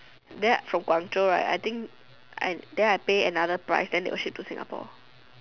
then from Guangzhou right I think I then I pay another price then they will ship to Singapore